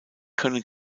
können